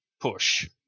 Push